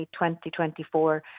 2024